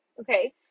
Okay